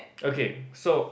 okay so